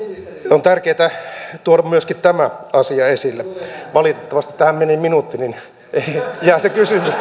on tärkeätä tuoda myöskin tämä asia esille valitettavasti tähän meni minuutti joten jää se kysymys